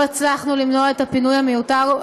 לא הצלחנו למנוע את הפינוי המיותר,